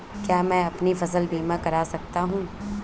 क्या मैं अपनी फसल बीमा करा सकती हूँ?